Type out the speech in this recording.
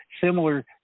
similar